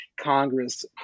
Congress